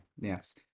yes